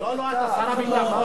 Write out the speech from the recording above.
לא אתה, שר הביטחון.